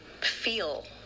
feel